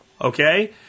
Okay